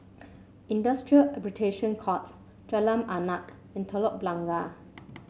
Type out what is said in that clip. Industrial Arbitration Court Jalan Arnap and Telok Blangah